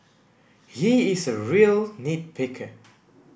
he is a real nit picker